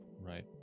Right